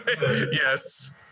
Yes